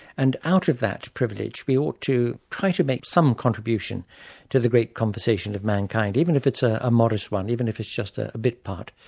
and out of that privilege, we ought to try to make some contribution to the great conversation of mankind, even if it's ah a modest one, even if it's just a bit part.